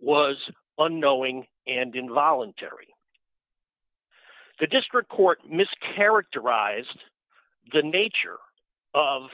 was unknowing and involuntary the district court mischaracterized the nature of